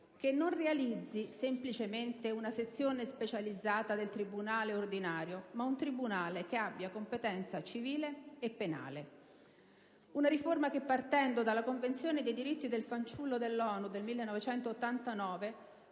che non realizzi semplicemente una sezione specializzata del tribunale ordinario, ma un tribunale che abbia competenza civile e penale. Una riforma che, partendo dalla Convenzione dei diritti del fanciullo dell'ONU del 1989,